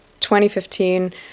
2015